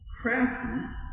crafty